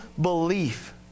belief